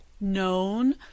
known